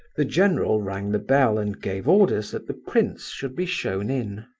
the general rang the bell and gave orders that the prince should be shown in.